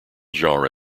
genre